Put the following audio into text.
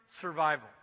survival